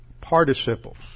participles